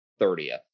30th